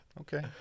Okay